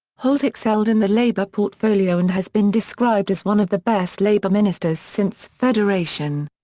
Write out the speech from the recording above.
holt excelled in the labour portfolio and has been described as one of the best labour ministers since federation.